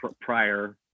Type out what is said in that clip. prior